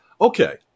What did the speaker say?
Okay